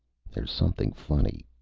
there's something funny,